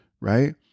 right